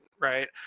right